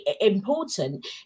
important